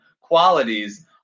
qualities